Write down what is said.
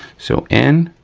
so in,